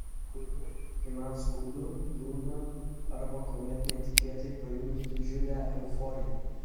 kuriu kai man skaudu liūdna arba kuomet netikėtai pajuntu didžiulę euforiją